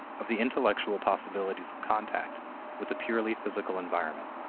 of the intellectual possibilities of contact with a purely physical environment.